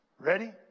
Ready